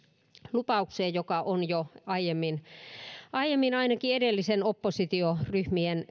lupaukseen joka on jo aiemmin aiemmin ainakin edellisten oppositioryhmien